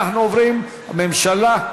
הממשלה,